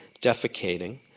defecating